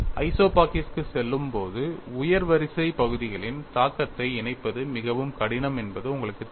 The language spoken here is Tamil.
ஐசோபாகிக்ஸுக்குச் செல்லும்போது உயர் வரிசை பகுதிகளின் தாக்கத்தை இணைப்பது மிகவும் கடினம் என்பது உங்களுக்குத் தெரியும்